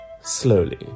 slowly